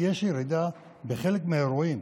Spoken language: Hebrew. יש ירידה בחלק מהאירועים,